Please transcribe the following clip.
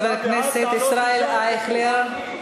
חבר הכנסת ישראל אייכלר.